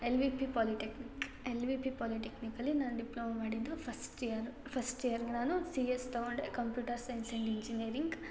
L V P polytechnic ಎಲ್ V ಪಿ ಪಾಲಿಟೆಕ್ನಿಕಲ್ಲಿ ನಾನು ಡಿಪ್ಲೊಮೊ ಮಾಡಿದ್ದು ಫಸ್ಟ್ ಇಯರು ಫಸ್ಟ್ ಇಯರ್ಗೆ ನಾನು ಸಿ ಎಸ್ ತಗೊಂಡೆ ಕಂಪ್ಯೂಟರ್ ಸೈನ್ಸ್ ಆ್ಯಂಡ್ ಇಂಜಿನಿಯರಿಂಗ್